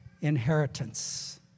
inheritance